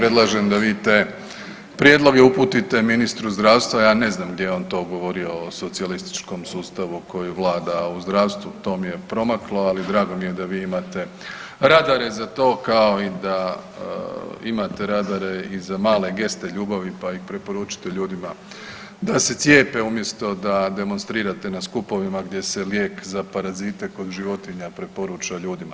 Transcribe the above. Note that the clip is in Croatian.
Ja predlažem da vi te prijedloge uputite ministru zdravstva, a ja ne znam gdje je on to govorio o socijalističkom sustavu koji vlada u zdravstvu, to mi je promaklo, ali drago mi je da vi imate radare za to, kao i da imate radare i za male geste ljubavi, pa ih preporučite ljudima da se cijepe umjesto da demonstrirate na skupovima gdje se lijek za parazite kod životinja preporuča ljudima.